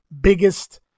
biggest